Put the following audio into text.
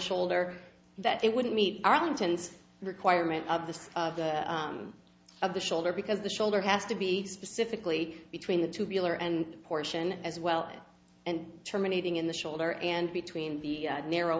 shoulder that it wouldn't meet arlington's requirement of the of the of the shoulder because the shoulder has to be specifically between the tubular and portion as well and terminating in the shoulder and between the narrow